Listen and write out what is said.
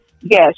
yes